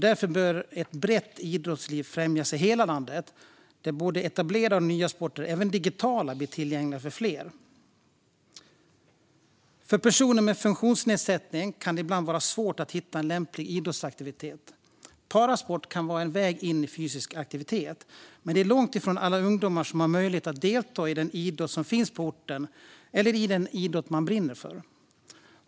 Därför bör ett brett idrottsliv främjas i hela landet, så att både etablerade och nya sporter, även digitala, blir tillgängliga för fler. För personer med funktionsnedsättning kan det ibland vara svårt att hitta en lämplig idrottsaktivitet. Parasport kan vara en väg in i fysisk aktivitet. Men det är långt ifrån alla ungdomar som har möjlighet att delta i den idrott som finns på orten eller i den idrott de brinner för.